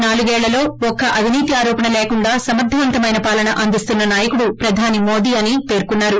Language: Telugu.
నాలుగేళ్లలో ఒక్క అవిన్తి ఆరోపణ లేకుండా సమర్గవంతమైన పాలన అందిస్తున్న నాయకుడు ప్రధాని మోదీ అని పేర్కొన్నారు